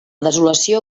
desolació